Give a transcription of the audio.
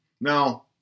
Now